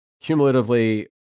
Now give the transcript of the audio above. cumulatively